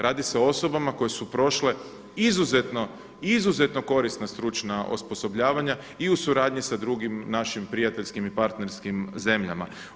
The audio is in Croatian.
Radi se o osobama koje su prošle izuzetno, izuzetno korisna stručna osposobljavanja i u suradnji s drugim našim prijateljskim i partnerskim zemljama.